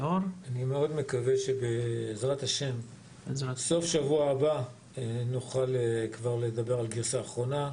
אני מאוד מקווה שבסוף שבוע הבא נוכל לדבר על גרסה אחרונה.